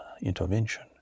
intervention